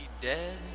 Dead